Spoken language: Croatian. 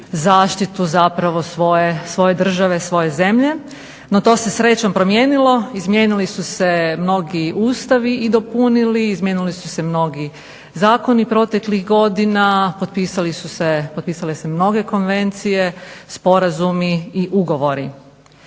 zaštitu zapravo svoje države, svoje zemlje, no to se srećom promijenilo, izmijenili su se mnogi ustavi i dopunili, izmijenili su se mnogi zakoni proteklih godina, potpisale se mnoge konvencije, sporazumi i ugovori.